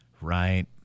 Right